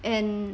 and